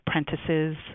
apprentices